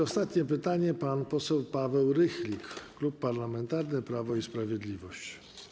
Ostatnie pytanie, pan poseł Paweł Rychlik, Klub Parlamentarny Prawo i Sprawiedliwość.